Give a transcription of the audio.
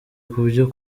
kubyo